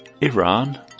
Iran